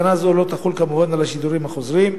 הגנה זו לא תחול, כמובן, על השידורים החוזרים.